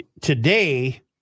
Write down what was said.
today